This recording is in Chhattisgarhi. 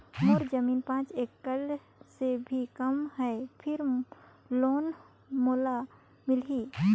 मोर जमीन पांच एकड़ से भी कम है फिर लोन मोला मिलही?